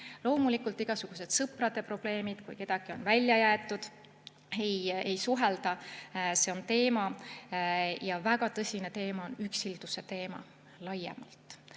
Loomulikult, igasugused sõprade probleemid, kui kedagi on välja jäetud, temaga ei suhelda. See on teema. Ja väga tõsine teema on üksilduse teema laiemalt.